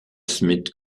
smith